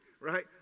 right